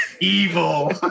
evil